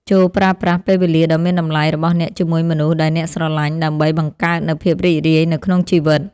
ចូរប្រើប្រាស់ពេលវេលាដ៏មានតម្លៃរបស់អ្នកជាមួយមនុស្សដែលអ្នកស្រឡាញ់ដើម្បីបង្កើតនូវភាពរីករាយនៅក្នុងជីវិត។